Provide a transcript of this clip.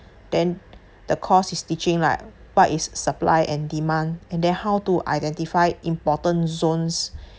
then the course is teaching like what is supply and demand and then how to identify important zones